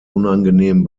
unangenehm